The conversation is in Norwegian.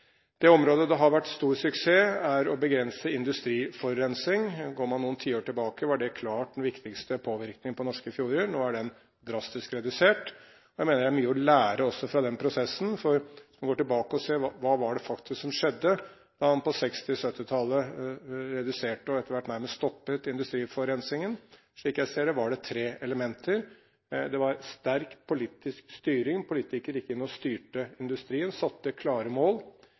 Det området der vi har hatt stor suksess, er når det gjelder å begrense industriforurensing. Går man noen tiår tilbake, var det klart den viktigste påvirkningen på norske fjorder. Nå er den drastisk redusert. Jeg mener det er mye å lære også fra den prosessen hvis man går tilbake og ser: Hva var det som faktisk skjedde da man på 1960- og 1970-tallet reduserte og etter hvert nærmest stoppet industriforurensningen? Slik jeg ser det, var det tre ting. Det var sterk politisk styring. Politikerne gikk inn og styrte industrien, satte klare mål.